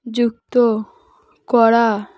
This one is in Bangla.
যুক্ত করা